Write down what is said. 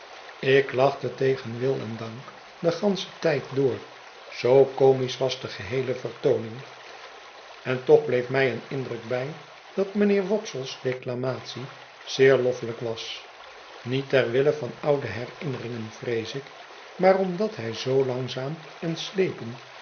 ik lachte tegen wil en dank den ganschen tijd door zoo comisch was de geheele vertooning en toch bleef my een indruk bij dat mijnheer wopsle sdeclamatie zeer loffelijk was niet ter wille van oude herinneringen vrees ik maar omdat hij zoo langzaam en slepend